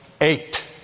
Eight